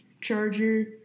charger